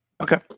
Okay